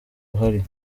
ruhari